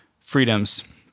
freedoms